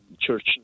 church